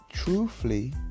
Truthfully